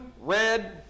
red